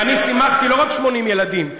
ואני שימחתי לא רק 80 ילדים,